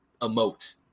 emote